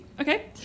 Okay